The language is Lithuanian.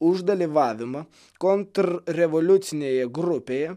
už dalyvavimą kontrrevoliucinėje grupėje